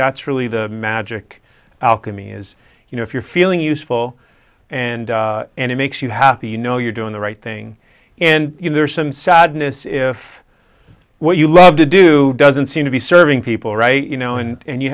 that's really the magic alchemy is you know if you're feeling useful and and it makes you happy you know you're doing the right thing and there's some sadness if what you love to do doesn't seem to be serving people right you know and